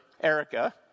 Erica